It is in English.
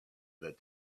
that